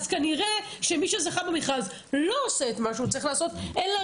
אז כנראה שמי שזכה במכרז לא עושה את מה שהוא צריך לעשות אלא